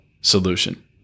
solution